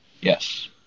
Yes